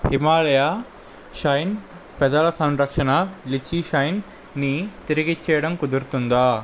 Himalaya shine పెదాల సంరక్షణ lychee షైన్ని తిరిగిచ్చేయడం కుదురుతుందా